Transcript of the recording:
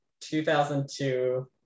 2002